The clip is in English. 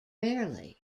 rarely